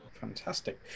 fantastic